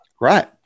Right